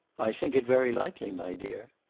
i think it very likely, my dear.